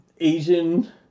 Asian